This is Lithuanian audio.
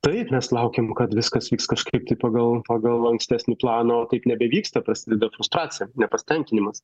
taip mes laukėm kad viskas vyks kažkaip tai pagal ankstesnį planą o taip nebevyksta prasideda frustracija nepasitenkinimas